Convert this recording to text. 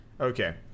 Okay